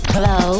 Hello